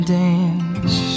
dance